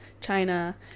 China